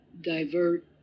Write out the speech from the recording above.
divert